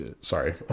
sorry